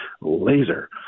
laser